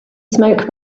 smoke